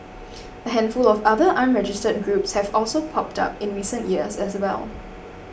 a handful of other unregistered groups have popped up in recent years as well